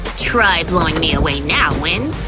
try blowing me away now, wind!